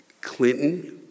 Clinton